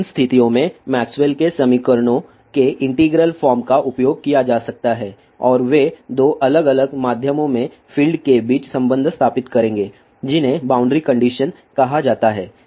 उन स्थितियों में मैक्सवेल के समीकरणों maxwell's equation के इंटीग्रल फॉर्म का उपयोग किया जा सकता है और वे दो अलग अलग माध्यमों में फील्ड के बीच संबंध स्थापित करेंगे जिन्हें बाउंड्री कंडीशन कहा जाता है